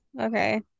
Okay